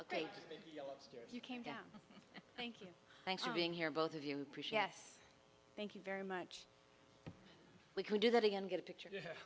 thank you came down thank you thanks for being here both of you appreciate us thank you very much we can do that again get a picture